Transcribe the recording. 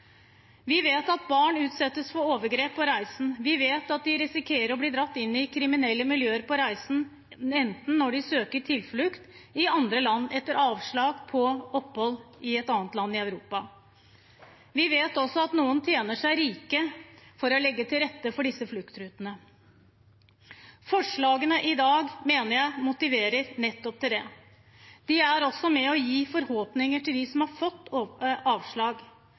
Vi vet at barn utsettes for overgrep på reisen. Vi vet at de risikerer å bli dratt inn i kriminelle miljøer på reisen, f.eks. når de søker tilflukt i andre land etter avslag på opphold i et land i Europa. Vi vet også at noen tjener seg rike på å legge til rette for disse fluktrutene. Forslagene i dag mener jeg motiverer nettopp til det. De er også med på å gi forhåpninger til dem som har fått avslag,